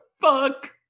fuck